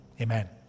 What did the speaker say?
Amen